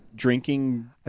Drinking